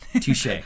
Touche